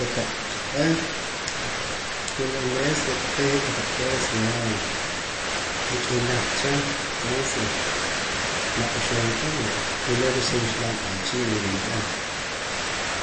Kotaq qa'beh wula en vez re' taqee' je' kotaq cosa ya ik'inaq cha entonces nak'uxumka re' wula re' sa ruxlam pan sa achii' niruye'em.